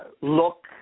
look